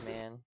man